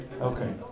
Okay